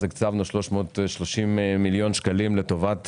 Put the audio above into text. אז הקצבנו 330 מיליון שקלים לטובת